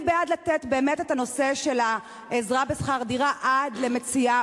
אני בעד לתת באמת את העזרה בשכר דירה עד למציאת